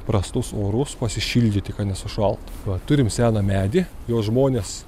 prastus orus pasišildyti kad nesušaltų va turim seną medį jo žmonės